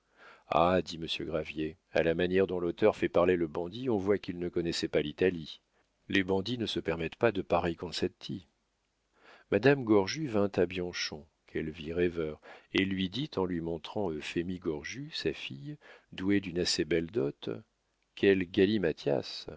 ah dit monsieur gravier à la manière dont l'auteur fait parler le bandit on voit qu'il ne connaissait pas l'italie les bandits ne se permettent pas de pareils concetti madame gorju vint à bianchon qu'elle vit rêveur et lui dit en lui montrant euphémie gorju sa fille douée d'une assez belle dot